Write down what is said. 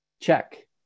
Check